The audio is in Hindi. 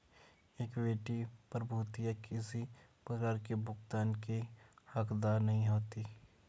इक्विटी प्रभूतियाँ किसी प्रकार की भुगतान की हकदार नहीं होती